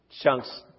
chunks